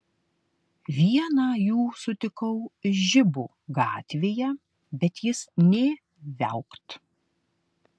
vieną jų sutikau žibų gatvėje bet jis nė viaukt